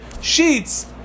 sheets